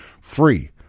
free